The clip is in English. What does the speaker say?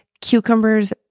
cucumbers